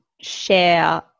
share